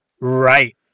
Right